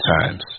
times